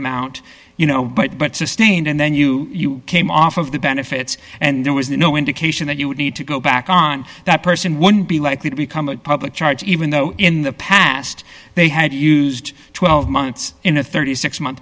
amount you know but but sustained and then you came off of the benefits and there was no indication that you would need to go back on that person would be likely to become a public charge even though in the past they had used it's in a thirty six month